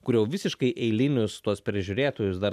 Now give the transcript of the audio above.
kur jau visiškai eilinius tuos prižiūrėtojus dar